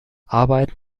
arbeiten